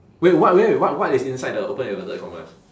wait what wait what what is inside the open inverted commas